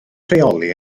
rheoli